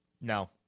No